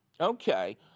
Okay